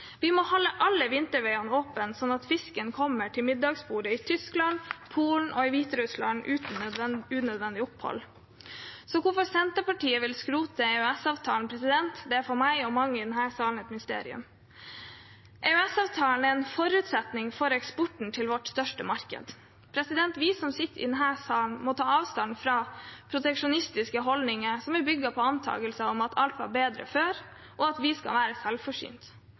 Vi må holde alle vinterveier åpne slik at fisken kommer til middagsbordet i Tyskland, Polen og Hviterussland uten unødvendig opphold. Så hvorfor Senterpartiet vil skrote EØS-avtalen, er for meg og mange i denne salen et mysterium. EØS-avtalen er en forutsetning for eksporten til vårt største marked. Vi som sitter i denne salen, må ta avstand fra proteksjonistiske holdninger som er bygget på antakelser om at alt var bedre før, og at vi skal være